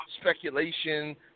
speculation